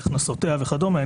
על הכנסותיה וכדומה.